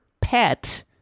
pet